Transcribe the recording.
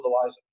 otherwise